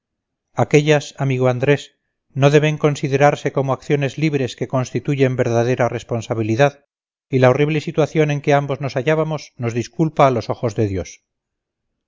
aquellas amigo andrés no deben considerarse como acciones libres que constituyen verdadera responsabilidad y la horrible situación en que ambos nos hallábamos nos disculpa a los ojos de dios